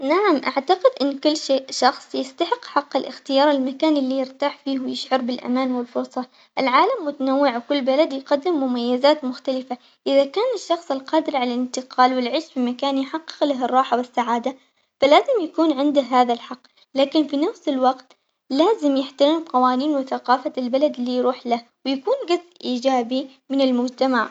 نعم أعتقد إن كل ش- شخص يستحق حق الاختيار المكان اللي يرتاح فيه ويشعر بالأمان والفرصة، العالم متنوع وكل بلد يقدم مميزات مختلفة إذا كان الشخص القادر على الانتقال والعيش في مكان يحقق له الراحة والسعادة فلازم يكون عنده هذا الحق، لكن في نفس الوقت لازم يحترم قوانين وثقافة البلد اللي يروح له، يكون قد ايجابي من المجتمع.